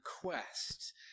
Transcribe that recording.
quest